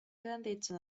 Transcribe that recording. grandezza